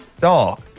dog